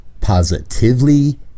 positively